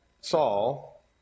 Saul